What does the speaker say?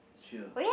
chill